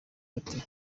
ati